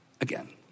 again